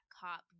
cop